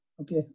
Okay